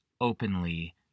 openly